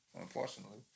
unfortunately